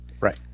Right